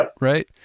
right